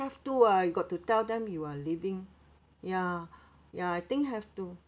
have to ah you got to tell them you are leaving ya ya I think have to